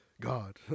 God